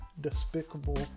despicable